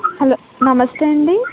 hello నమస్తే అండి